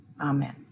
amen